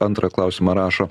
antrą klausimą rašo